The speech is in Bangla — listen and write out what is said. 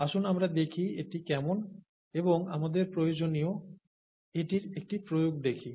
আসুন আমরা দেখি এটি কেমন এবং আমাদের প্রয়োজনীয় এটির একটি প্রয়োগ দেখি